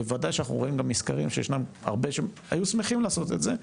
בוודאי שאנחנו רואים גם מסקרים שישנם הרבה שהיו שמחים לעשות את זה,